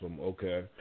Okay